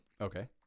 Okay